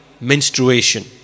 menstruation